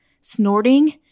snorting